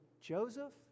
Joseph